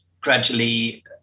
gradually